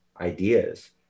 ideas